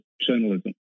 journalism